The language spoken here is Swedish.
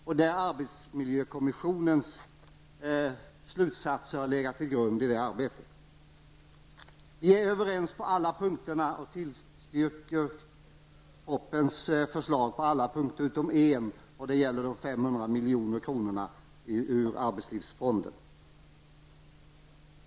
I det arbetet har arbetsmiljökommissionens slutsatser legat till grund. Vi tillstyrker förslagen i propositionen på alla punkter utom en. Det gäller 500 milj.kr. ur arbetslivsfonden.